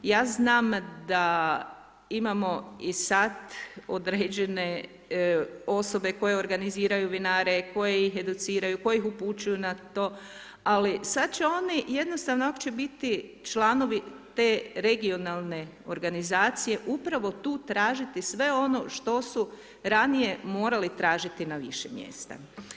Ja znam da imamo i sad određene osobe koje organiziraju vinare, koje ih educiraju, koje ih upućuju na to ali sada će one jednostavno ako će biti članovi te regionalne organizacije upravo tu tražiti sve ono što su ranije morali tražiti na više mjesta.